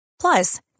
Plus